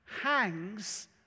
hangs